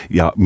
ja